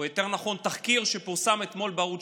או יותר נכון תחקיר שפורסם אתמול בערוץ